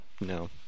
No